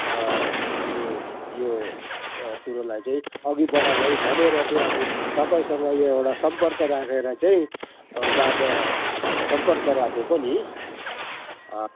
हाम्रो यो कुरोलाई चाहिँ अघि बढाऔँ है भनेर चाहिँ अब तपाईँसँग यहाँ एउटा सम्पर्क राखेर चाहिँ बात सम्पर्क राखेको नि